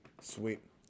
Sweet